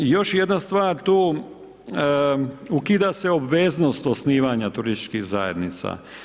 Još jedna stvar tu, ukida se obveznost osnivanja turističkih zajednica.